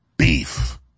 Beef